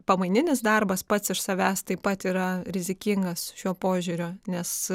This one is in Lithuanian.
pamaininis darbas pats iš savęs taip pat yra rizikingas šiuo požiūriu nes